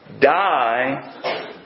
die